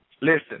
Listen